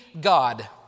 God